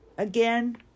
Again